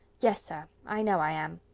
yes, sir, i know i am.